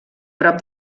prop